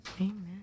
Amen